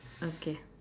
okay